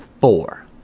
Four